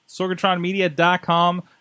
Sorgatronmedia.com